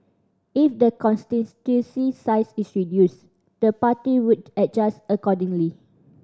if the size is reduced the party would adjust accordingly